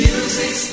Music